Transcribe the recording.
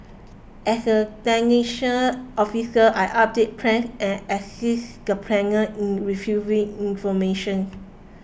as a technician officer I updated plans and assisted the planners in retrieving information